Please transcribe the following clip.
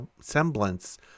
semblance